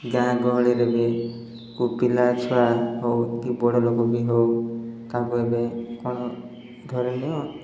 ଗାଁ ଗହଳିରେ ବି କେଉଁ ପିଲା ଛୁଆ ହଉ କି ବଡ଼ ଲୋକ ବି ହଉ ତାଙ୍କୁ ଏବେ କ'ଣ ଧରି ନିିଅ